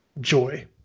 joy